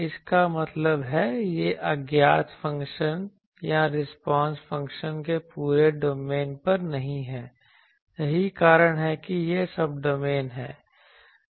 इसका मतलब है यह अज्ञात फ़ंक्शन या रिस्पांस फ़ंक्शन के पूरे डोमेन पर नहीं है यही कारण है कि यह सब्डोमेन है